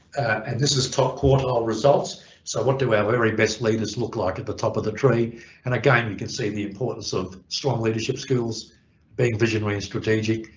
and this is top quartile ah results so what do our very best leaders look like at. the top of the tree and again you can see the importance of strong leadership skills being visionary and strategic,